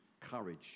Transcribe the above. courage